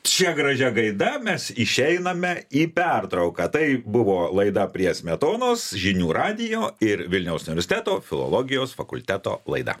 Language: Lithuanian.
šia gražia gaida mes išeiname į pertrauką tai buvo laida prie smetonos žinių radijo ir vilniaus universiteto filologijos fakulteto laida